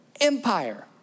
Empire